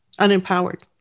Unempowered